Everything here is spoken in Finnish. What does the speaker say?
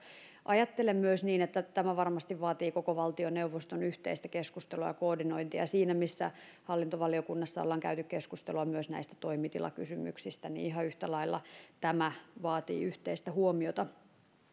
ajattelen myös niin että tämä varmasti vaatii koko valtioneuvoston yhteistä keskustelua ja koordinointia siinä missä hallintovaliokunnassa ollaan käyty keskustelua myös näistä toimitilakysymyksistä niin ihan yhtä lailla tämä vaatii yhteistä huomiota